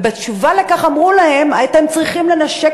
ובתשובה אמרו להם: הייתם צריכים לנשק